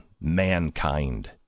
mankind